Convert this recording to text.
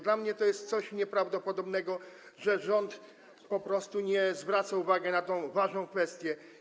Dla mnie to jest coś nieprawdopodobnego, że rząd po prostu nie zwraca uwagi na tę ważną kwestię.